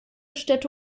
städte